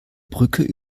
brücke